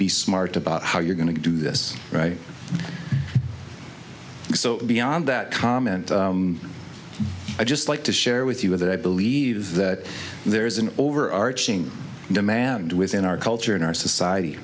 be smart about how you're going to do this so beyond that comment i just like to share with you that i believe that there is an overarching demand within our culture in our society